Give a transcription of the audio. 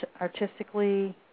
artistically